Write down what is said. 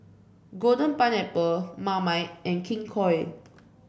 Golden Pineapple Marmite and King Koil